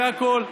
זה הכול.